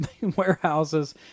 warehouses